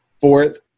fourth